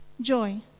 joy